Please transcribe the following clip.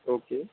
okay